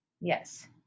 yes